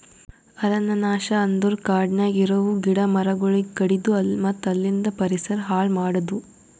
ಅರಣ್ಯ ನಾಶ ಅಂದುರ್ ಕಾಡನ್ಯಾಗ ಇರವು ಗಿಡ ಮರಗೊಳಿಗ್ ಕಡಿದು ಮತ್ತ ಅಲಿಂದ್ ಪರಿಸರ ಹಾಳ್ ಮಾಡದು